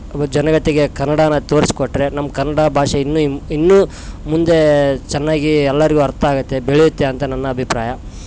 ಜನತೆಗೆ ಕನ್ನಡನ ತೋರಸ್ಕೊಟ್ಟರೆ ನಮ್ಮ ಕನ್ನಡ ಭಾಷೆ ಇನ್ನು ಇನ್ನು ಮುಂದೆ ಚೆನ್ನಾಗಿ ಎಲ್ಲರಿಗೂ ಅರ್ಥ ಆಗತ್ತೆ ಬೆಳೆಯುತ್ತೆ ಅಂತ ನನ್ನ ಅಭಿಪ್ರಾಯ